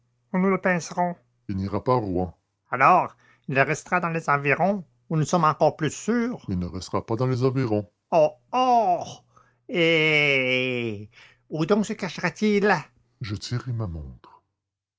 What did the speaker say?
nous le pincerons il n'ira pas à rouen alors il restera dans les environs où nous sommes encore plus sûrs il ne restera pas dans les environs oh oh et où donc se cachera t il je tirai ma montre